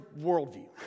worldview